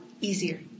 easier